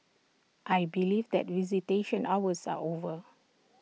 I believe that visitation hours are over